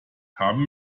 haben